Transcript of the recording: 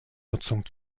nutzung